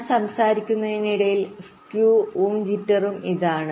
ഞാൻ സംസാരിക്കുന്നതിനിടയിൽ സ്കൂ ഉം ജിറ്ററും ഇതാണ്